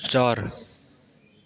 चर